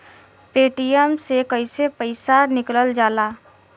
Paytm से कैसे पैसा निकलल जाला?